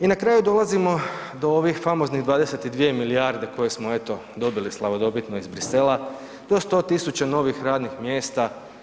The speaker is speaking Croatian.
I na kraju dolazimo do ovih famoznih 22 milijarde koje smo eto dobili slavodobitno iz Bruxellesa do 100.000 novih radnih mjesta.